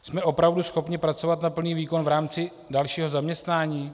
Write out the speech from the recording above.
Jsme opravdu schopni pracovat na plný výkon v rámci dalšího zaměstnání?